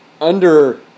under-